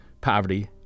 poverty